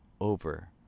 over